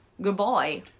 Goodbye